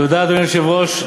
תודה, אדוני היושב-ראש.